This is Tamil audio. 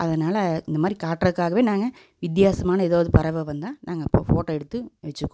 அதனால் இந்தமாதிரி காட்டுறதுக்காகவே நாங்கள் வித்தியாசமான எதாவது பறவை வந்தால் நாங்கள் அப்போது ஃபோட்டோ எடுத்து வச்சுக்குவோம்